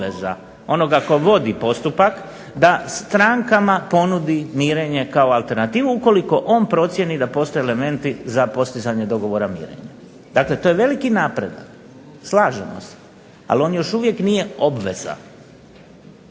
onoga tko vodi postupak da strankama ponudi mirenje kao alternativu ukoliko on procijeni da postoje elementi za postizanje dogovora mirenja. Dakle, to je veliki napredak, slažemo se. Ali, on još uvijek nije obveza.